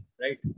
Right